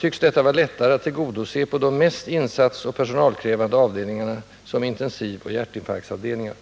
tycks detta vara lättare att tillgodose på de mest insatsoch personalkrävande avdelningarna som intensivoch hjärtinfarktavdelningarna.